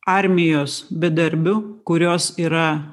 armijos bedarbių kurios yra